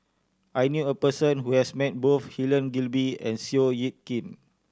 I knew a person who has met both Helen Gilbey and Seow Yit Kin